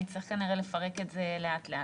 נצטרך כנראה לפרק את זה לאט לאט.